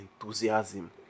enthusiasm